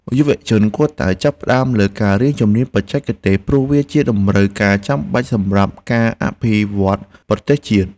យុវជនគួរតែចាប់អារម្មណ៍លើការរៀនជំនាញបច្ចេកទេស ព្រោះវាជាតម្រូវការចាំបាច់សម្រាប់ការអភិវឌ្ឍប្រទេសជាតិ។